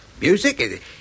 music